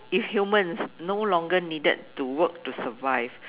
if humans no longer needed to work to survive